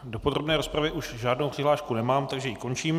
Do podrobné rozpravy už žádnou přihlášku nemám, takže ji končím.